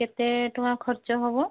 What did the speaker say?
କେତେ ଟଙ୍କା ଖର୍ଚ୍ଚ ହବ